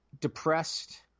depressed